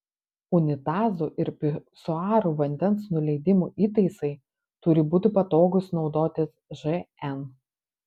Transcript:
unitazų ir pisuarų vandens nuleidimo įtaisai turi būti patogūs naudotis žn